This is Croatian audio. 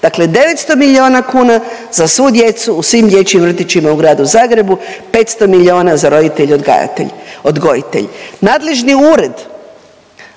Dakle, 900 miliona kuna za svu djecu u svim dječjim vrtićima u Gradu Zagrebu, 500 miliona za roditelje odgajatelje, odgojitelje.